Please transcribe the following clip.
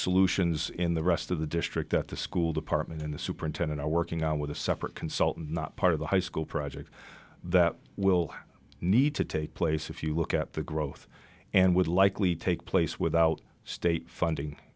solutions in the rest of the district that the school department and the superintendent are working on with a separate consultant not part of the high school project that will need to take place if you look at the growth and would likely take place without state funding